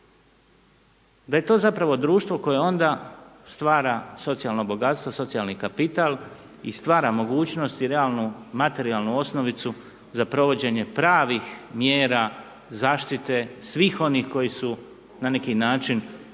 da je to zapravo društvo koje onda stvara socijalno bogatstvo, socijalni kapital i stvara mogućnost i realnu, materijalnu osnovicu za provođenje pravih mjera zaštite svih onih koji su na neki način socijalno